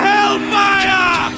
Hellfire